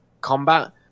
combat